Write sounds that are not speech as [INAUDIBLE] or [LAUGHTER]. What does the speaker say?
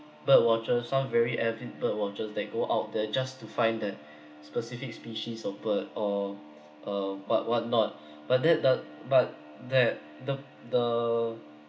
bird watchers some very avid bird watchers that go out there just to find that [BREATH] specific species of bird or uh what what not [BREATH] but that does but that the the